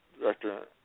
director